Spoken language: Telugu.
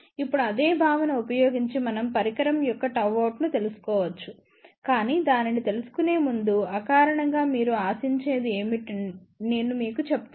ఇప్పుడు అదే భావన ఉపయోగించి మనం పరికరం యొక్క Γout ను తెలుసుకోవచ్చు కానీ దానిని తెలుసుకునేముందు అకారణంగా మీరు ఆశించేది ఏమిటో నేను మీకు చెప్తాను